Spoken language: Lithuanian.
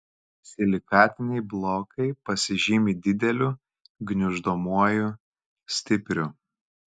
silikatiniai blokai pasižymi dideliu gniuždomuoju stipriu